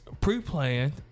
pre-planned